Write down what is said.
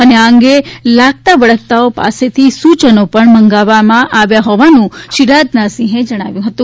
અને આ અંગે લાગતા વળગતાઓ પાસેથી સૂચનો પણ મંગાવવામાં આવ્યા હોવાનું શ્રી રાજનાથસિંહે જણાવ્યું હતું